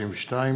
192)